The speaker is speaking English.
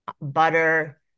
butter